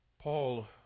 Paul